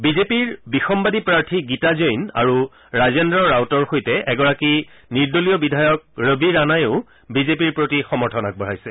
বিজেপিৰ বিসমাদী প্ৰাৰ্থী গীতা জৈন আৰু ৰাজেন্দ্ৰ ৰাউটৰ সৈতে এগৰাকী নিৰ্দলীয় বিধায়ক ৰবি ৰানায়ো বিজেপিৰ প্ৰতি সমৰ্থন আগবঢ়াইছে